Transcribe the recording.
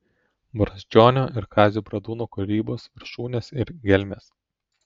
brazdžionio ir kazio bradūno kūrybos viršūnes ir gelmes